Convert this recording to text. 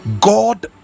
God